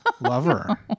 lover